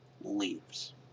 leaves